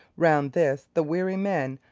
round this the weary men,